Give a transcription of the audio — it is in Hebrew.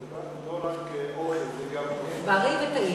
זה לא רק אוכל, זה גם, בריא וטעים.